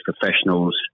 professionals